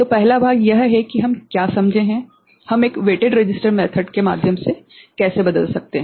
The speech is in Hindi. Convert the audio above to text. तो पहला भाग यह है की हम क्या समझे हैं कि हम एक वेटेड रसिस्टर मेथड के माध्यम से कैसे बदल सकते हैं